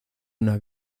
una